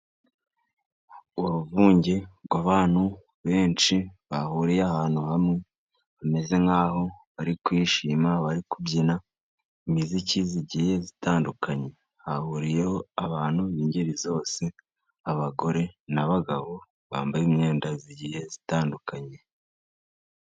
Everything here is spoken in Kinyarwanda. Uruvunge rw'abantu benshi bahuriye ahantu hamwe, bameze nk'aho bari kwishima, bari kubyina imiziki igiye itandukanye, hahuriyeho abantu b'ingeri zose, abagore n'abagabo bambaye imyenda igihe itandukanye.